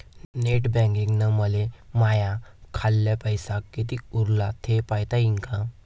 Net बँकिंगनं मले माह्या खाल्ल पैसा कितीक उरला थे पायता यीन काय?